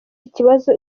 ikibazo